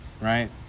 right